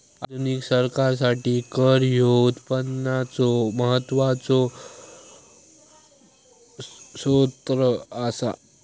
आधुनिक सरकारासाठी कर ह्यो उत्पनाचो सर्वात महत्वाचो सोत्र असा